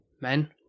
men